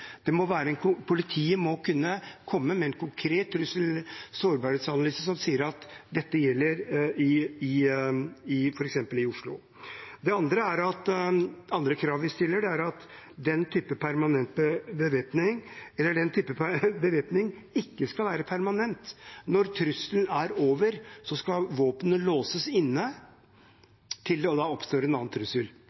Politiet må kunne komme med en konkret trussel eller sårbarhetsanalyse som sier at dette gjelder f.eks. i Oslo. Det andre kravet vi stiller, er at den type bevæpning ikke skal være permanent. Når trusselen er over, skal våpnene låses inn til det oppstår en annen trussel